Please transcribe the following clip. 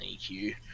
EQ